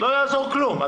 לא יעזור כלום,